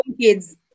kids